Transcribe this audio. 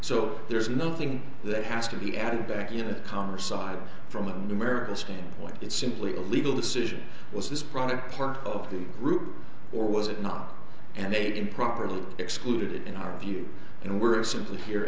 so there's nothing that has to be added back in a calmer side from an american standpoint it's simply a legal decision was this product part of the group or was it not and they can properly excluded it in our view and we're simply here